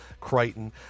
Crichton